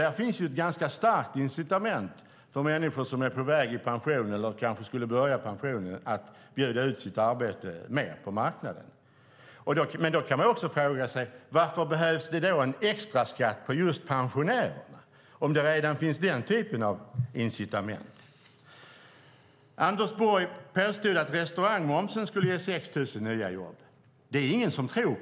Där finns ett ganska starkt incitament för människor som är på väg att gå i pension att bjuda ut sitt arbete mer på marknaden. Men om det redan finns den typen av incitament kan man fråga sig varför det då behövs en extraskatt på just pensionärerna. Anders Borg påstod att restaurangmomsen skulle ge 6 000 nya jobb. Det är ingen som tror på det.